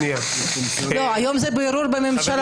היום זה בערעור בממשלה.